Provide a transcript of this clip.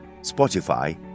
Spotify